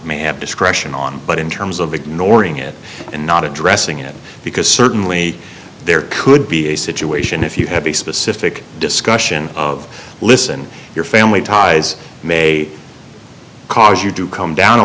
may have discretion on but in terms of ignoring it and not addressing it because certainly there could be a situation if you have a specific discussion of listen your family ties may because you do come down a